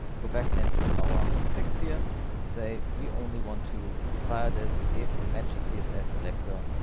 go back into our clicks here and say we only want to fire this if the matches css selector.